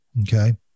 Okay